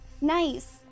nice